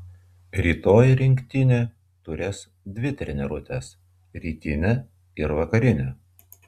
rytoj rinktinė turės dvi treniruotes rytinę ir vakarinę